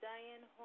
Diane